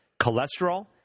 cholesterol